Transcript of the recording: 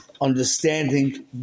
understanding